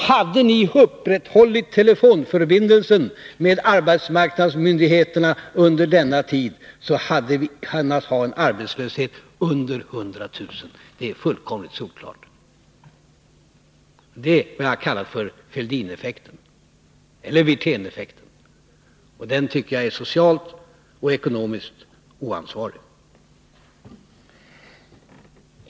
Hade ni upprätthållit telefonförbindelserna med arbetsmarknadsmyndigheterna under denna tid, hade vi kunnat ha en arbetslöshet under 100 000 — det är fullkomligt solklart. Detta är vad jag kallar för Fälldineffekten eller Wirténeffekten, och den tycker jag är socialt och ekonomiskt oansvarig.